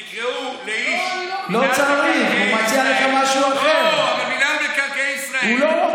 תקראו לאיש מינהל מקרקעי ישראל, לא, אני לא רוצה.